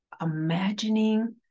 imagining